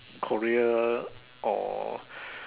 Korea or